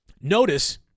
Notice